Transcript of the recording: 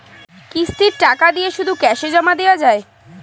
কিস্তির টাকা দিয়ে শুধু ক্যাসে জমা দেওয়া যায়?